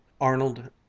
arnold